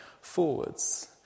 forwards